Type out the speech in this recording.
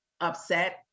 upset